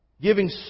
Giving